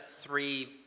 three